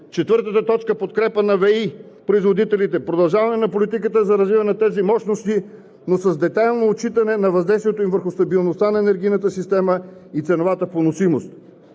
Четвърто, подкрепа на ВЕИ производителите, продължаване политиката за развиване на тези мощности, но с детайлно отчитане на въздействието им върху стабилността на енергийната система и ценовата поносимост.